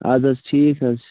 اَدٕ حظ ٹھیٖک حظ چھُ